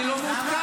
אני לא מעודכן.